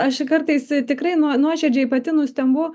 aš kartais tikrai nuoširdžiai pati nustembu